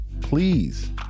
please